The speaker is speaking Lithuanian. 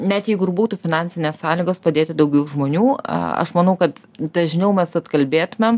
net jeigu ir būtų finansinės sąlygos padėti daugiau žmonių aš manau kad dažniau mes atkalbėtumėm